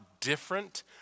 different